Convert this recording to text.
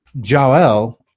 Joel